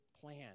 plan